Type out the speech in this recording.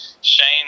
Shane